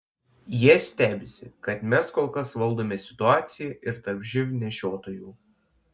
jie stebisi kad mes kol kas valdome situaciją ir tarp živ nešiotojų